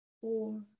four